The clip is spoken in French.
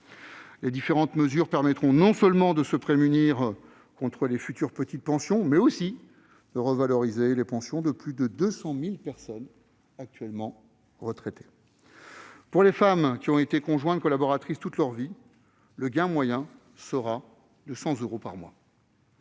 Les différentes mesures envisagées permettront non seulement de se prémunir à l'avenir contre les petites pensions, mais aussi de revaloriser les pensions de plus de 200 000 personnes actuellement retraitées. Pour les femmes qui ont été conjointes collaboratrices toute leur vie, le gain moyen sera de 100 euros par mois.